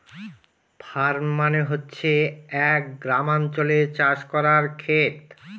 farm মানে হচ্ছে এক গ্রামাঞ্চলে চাষ করার খেত